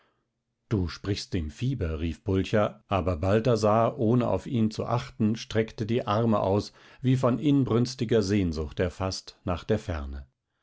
du sprichst im fieber rief pulcher aber balthasar ohne auf ihn zu achten streckte die arme aus wie von inbrünstiger sehnsucht erfaßt nach der ferne